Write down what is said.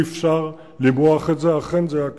אי-אפשר למרוח את זה, אכן זה היה כישלון.